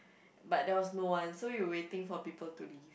but there was no one so we waiting for people to leave